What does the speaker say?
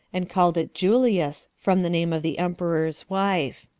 and called it julias, from the name of the emperor's wife.